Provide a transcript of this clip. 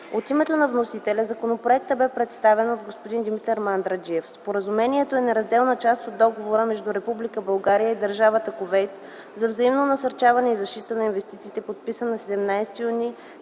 От името на вносителя законопроектът бе представен от господин Димитър Мандраджиев . Споразумението е неразделна част от Договора между Република България и Държавата Кувейт за взаимно насърчаване и защита на инвестициите, подписан на 17 юни